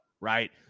right